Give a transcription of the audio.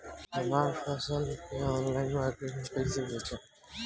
हमार फसल के ऑनलाइन मार्केट मे कैसे बेचम?